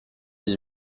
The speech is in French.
dix